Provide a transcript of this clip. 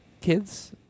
kids